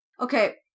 okay